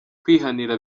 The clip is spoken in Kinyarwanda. kwihanira